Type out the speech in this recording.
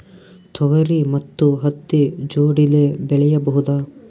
ತೊಗರಿ ಮತ್ತು ಹತ್ತಿ ಜೋಡಿಲೇ ಬೆಳೆಯಬಹುದಾ?